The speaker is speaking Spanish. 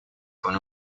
con